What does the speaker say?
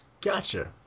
Gotcha